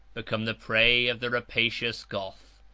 become the prey of the rapacious goth.